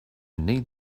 need